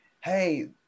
hey